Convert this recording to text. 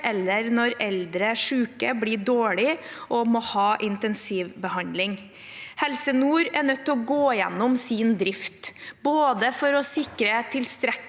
eller når eldre syke blir dårlige og må ha intensivbehandling. Helse Nord er nødt til å gå gjennom sin drift, både for å sikre tilstrekkelig